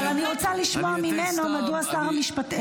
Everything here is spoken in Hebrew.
אבל אני רוצה לשמוע את שר המשפטים.